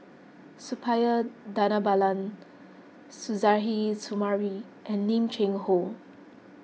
Suppiah Dhanabalan Suzairhe Sumari and Lim Cheng Hoe